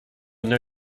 know